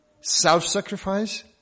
self-sacrifice